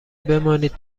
بمانید